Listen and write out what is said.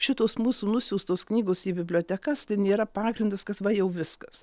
šitos mūsų nusiųstos knygos į bibliotekas tai nėra pagrindas kad va jau viskas